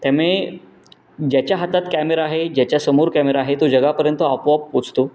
त्याने ज्याच्या हातात कॅमेरा आहे ज्याच्यासमोर कॅमेरा आहे तो जगापर्यंत आपोआप पोचतो